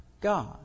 God